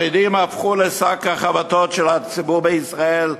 תחת ממשלה זו החרדים הפכו לשק החבטות של הציבור בישראל.